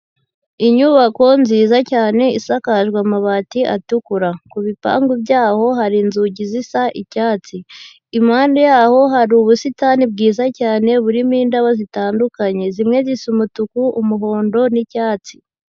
Inyubako nziza cyane isakajwe amabati atukura, ku bipangu byaho hari inzugi zisa icyatsi, impande yaho hari ubusitani bwiza cyane burimo indabo zitandukanye zimwe zisa umutuku, umuhondo n'icyatsi.